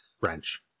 wrench